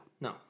no